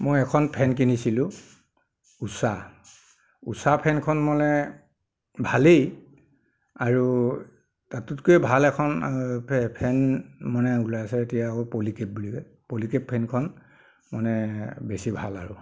মই এখন ফেন কিনিছিলোঁ উষা উষা ফেনখন মানে ভালেই আৰু তাতোতকৈ ভাল এখন ফেন মানে ওলাই আছে এতিয়া আকৌ প'লিকেপ বুলি কয় প'লিকেপ ফেনখন মানে বেছি ভাল আৰু